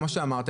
כמו שאמרת,